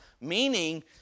meaning